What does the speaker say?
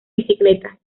bicicleta